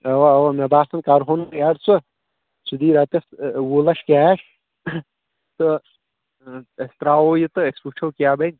اوا اوا مےٚ باسان کرٕہون ایٚڈ سُہ سُہ دی رۄپیس وُہ لچھ کیش تہٕ أسۍ ترٛاوو یہِ تہٕ أسۍ وُچھو کیٛاہ بنہِ